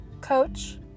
coach